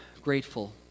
grateful